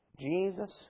Jesus